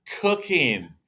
cooking